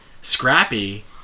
Scrappy